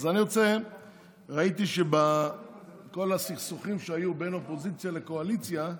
ראיתי שבכל הסכסוכים שהיו בין אופוזיציה לקואליציה,